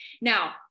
Now